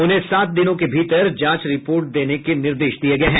उन्हें सात दिनों के भीतर जांच रिपोर्ट देने के निर्देश दिये गये हैं